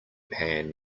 pan